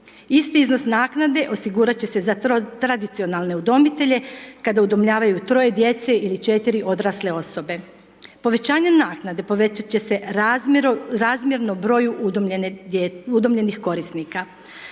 Isti iznos naknade osigurat će se za tradicionalne udomitelje, kada udomljavaju troje djece ili četiri odrasle osobe. Povećanjem naknade, povećat će se razmjerno broju udomljenih korisnika.